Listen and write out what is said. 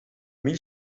mil